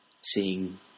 seeing